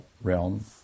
realm